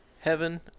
heaven